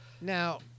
Now